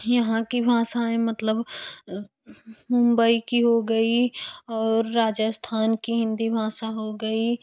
यहाँ की भाषाएँ मतलब मुंबई की हो गई और राजस्थान की हिंदी भाषा हो गई